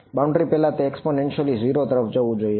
boundary 0 તરફ જવું જોઈએ